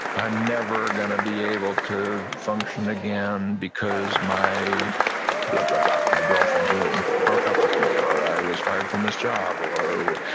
i'm never gonna be able to function again, because my blah, blah, blah. my girlfriend broke up with me, or i was fired from this job, or,